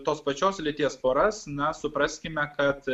tos pačios lyties poras na supraskime kad